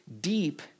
deep